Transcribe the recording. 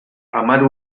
hamar